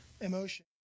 emotion